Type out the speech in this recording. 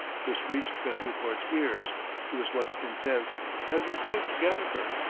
this reached bethencourt's ears he was much incensed, and reproached gadifer.